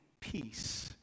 peace